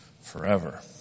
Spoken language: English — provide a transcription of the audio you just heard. forever